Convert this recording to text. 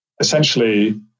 essentially